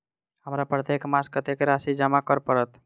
हमरा प्रत्येक मास कत्तेक राशि जमा करऽ पड़त?